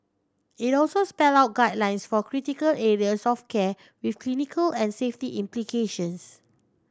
it also spelled out guidelines for critical areas of care with clinical and safety implications